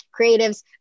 creatives